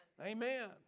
Amen